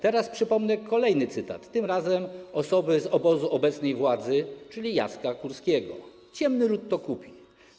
Teraz przypomnę kolejny cytat, tym razem osoby z obozu obecnej władzy, czyli Jacka Kurskiego: ciemny lud to kupi.